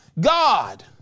God